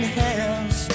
hands